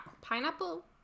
pineapple